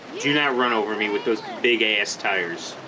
do not run over me with those big ass tires